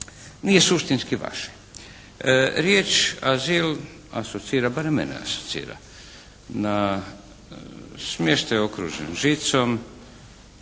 nije suštinski vaše. Riječ azil asocira, barem mene asocira na smještaj okružen žicom